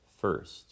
first